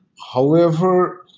however,